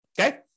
okay